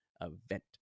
event